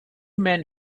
men